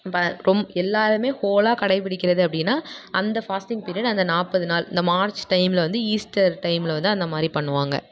இப்போ ரொம்ப எல்லோருமே ஹோலா கடைப்பிடிக்கிறது அப்படின்னா அந்த ஃபாஸ்ட்டிங் பீரியட் அந்த நாற்பது நாள் இந்த மார்ச் டைமில் வந்து ஈஸ்டர் டைமில் வந்து அந்த மாதிரி பண்ணுவாங்க